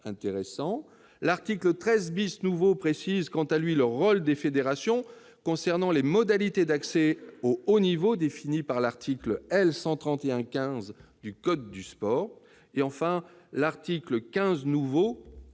L'article 13 précise quant à lui le rôle des fédérations concernant les modalités d'accès au sport de haut niveau définies par l'article L. 131-15 du code du sport. Enfin, l'article 15 prévoit